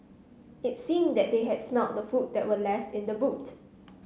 it seemed that they had smelt the food that were left in the boot